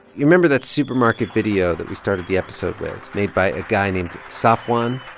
you remember that supermarket video that we started the episode with, made by a guy named safwan?